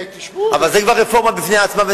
אבל זו כבר רפורמה בפני עצמה,